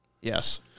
Yes